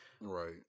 Right